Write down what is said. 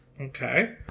Okay